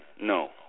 no